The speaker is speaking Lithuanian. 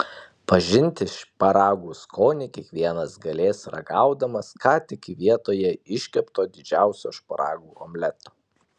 pažinti šparagų skonį kiekvienas galės ragaudamas ką tik vietoje iškepto didžiausio šparagų omleto